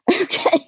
Okay